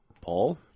Paul